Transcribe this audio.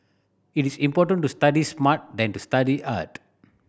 it is important to study smart than to study hard